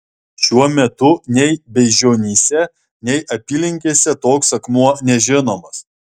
šiuo metu nei beižionyse nei apylinkėse toks akmuo nežinomas